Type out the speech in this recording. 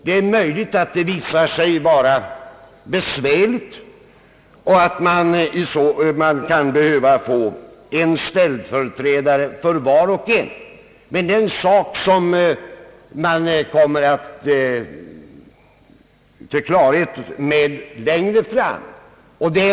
Det är möjligt att det kommer att bli besvärligheter och att man därför kan behöva en ställföreträdare för var och en av ombudsmännen, men det är någonting som vi kan komma till klarhet i längre fram.